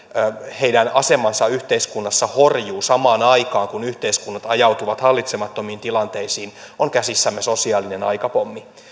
heidän asemansa yhteiskunnassa horjuu samaan aikaan kun yhteiskunnat ajautuvat hallitsemattomiin tilanteisiin on käsissämme sosiaalinen aikapommi